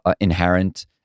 inherent